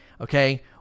Okay